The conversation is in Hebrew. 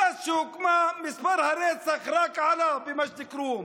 מאז שהוקמה, הרצח רק עלה במג'ד אל-כרום.